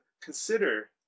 consider